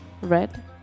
Red